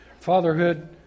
Fatherhood